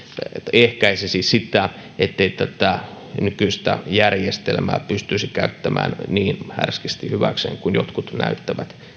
ehkäisisi sitä että tätä nykyistä järjestelmää pystyisi käyttämään niin härskisti hyväkseen kuin jotkut näyttävät